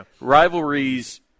rivalries